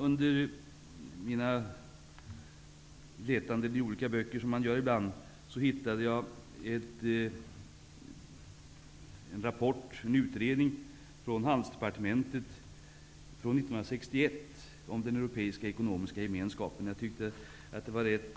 Under mitt letande i olika böcker, något som man gör ibland, hittade jag en utredning från handelsdepartementet från 1961, om den europeiska ekonomiska gemenskapen. Jag tyckte att rätt